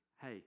hey